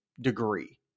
degree